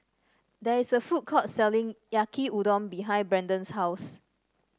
there is a food court selling Yaki Udon behind Brendon's house